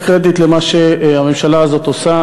קרדיט לממשלה הזאת על מה שהיא עושה.